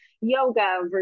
yoga